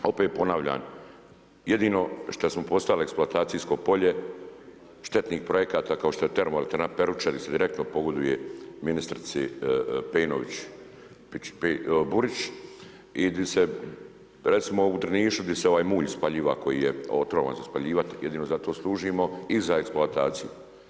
A opet ponavljam, jedino što smo postali eksploatacijsko polje štetnih projekata kao što je termoelektrana Peruča gdje se direktno pogoduje ministrici Pejčinović Burić i gdje se recimo u Drnišu gdje se ovaj mulj spaljiva koji je otrovan za spaljivati, jedino za to služimo i za eksploataciju.